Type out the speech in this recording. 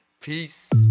Peace